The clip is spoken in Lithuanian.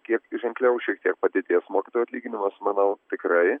kiek ženkliau šiek tiek padidės mokytojų atlyginimas manau tikrai